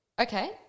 okay